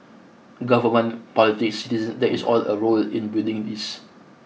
government politics citizens there is all a role in building this